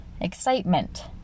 excitement